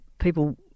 people